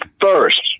first